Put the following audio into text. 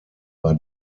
war